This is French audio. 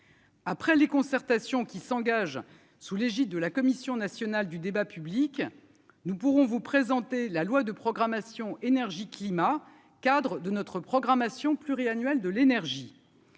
Après les concertations qui s'engage, sous l'égide de la Commission nationale du débat public, nous pourrons vous présenter la loi de programmation énergie-climat Cadre de notre programmation pluriannuelle de l'énergie.